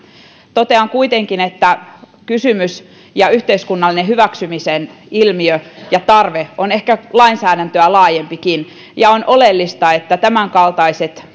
totean kuitenkin että kysymys ja yhteiskunnallisen hyväksymisen ilmiö ja tarve on ehkä lainsäädäntöä laajempikin ja on oleellista että tämänkaltaiset